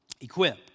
equip